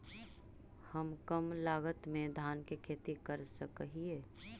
हम कम लागत में धान के खेती कर सकहिय?